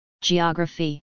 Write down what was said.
Geography